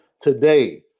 today